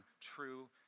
true